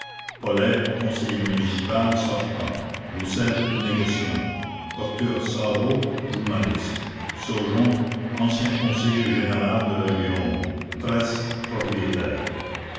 paulet conseiller municipal sortant roussel négociant docteur sarreau journaliste saugeon ancien conseiller général de la gironde tresse propriétaire